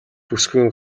бүсгүйн